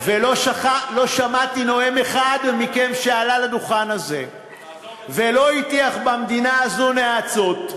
לא שמעתי נואם אחד מכם שעלה לדוכן הזה ולא הטיח במדינה הזו נאצות,